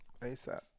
ASAP